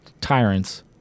tyrants